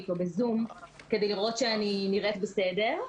או בזום כדי לראות שאני נראית בסדר,